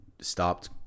stopped